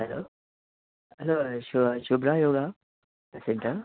hello hello शु Shubhra yoga centre